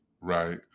right